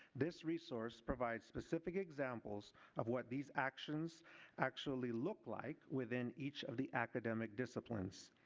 this resource provides specific examples of what these actions actually look like within each of the academic disciplines.